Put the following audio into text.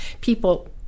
people